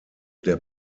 der